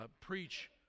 preach